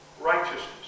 righteousness